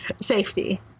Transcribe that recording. safety